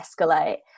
escalate